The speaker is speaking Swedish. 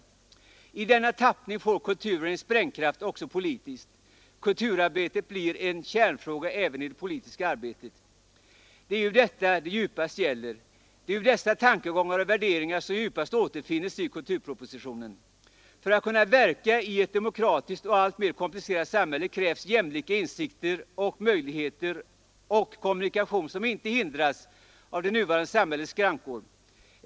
I denna tappning får kulturen en sprängkraft också politiskt. Kulturarbetet blir en kärnfråga även i det politiska arbetet.” Det är ju detta det djupast gäller. Det är dessa tankegångar och värderingar som djupast återfinnes i kulturpropositionen. För att kunna verka i ett demokratiskt och alltmer komplicerat samhälle krävs jämlika insikter och möjligheter och en kommunikation som inte hindras av det nuvarande samhällets skrankor.